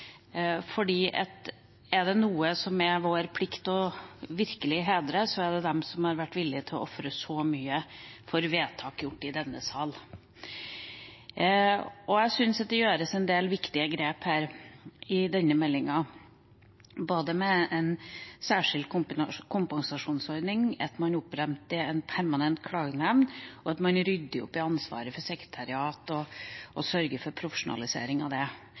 er det noen det er vår plikt å virkelig hedre, er det de som har vært villig til å ofre så mye for vedtak gjort i denne sal. Jeg syns at det gjøres en del viktige grep her i denne meldinga både med en særskilt kompensasjonsordning, at man oppretter en permanent klagenemnd, og at man rydder opp i ansvaret for sekretariat og sørger for profesjonalisering av det.